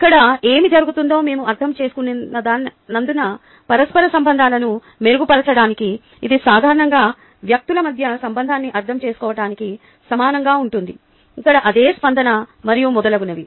ఇక్కడ ఏమి జరుగుతుందో మేము అర్థం చేసుకున్నందున పరస్పర సంబంధాలను మెరుగుపరచడానికి ఇది సాధారణంగా వ్యక్తుల మధ్య సంబంధాన్ని అర్థం చేసుకోవటానికి సమానంగా ఉంటుంది ఇక్కడ అదే సందర్భం మరియు మొదలగునవి